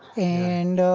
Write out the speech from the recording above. and